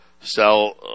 sell